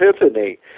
epiphany